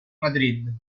madrid